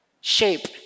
shape